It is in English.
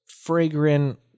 fragrant